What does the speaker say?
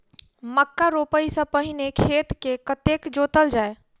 मक्का रोपाइ सँ पहिने खेत केँ कतेक जोतल जाए?